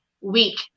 week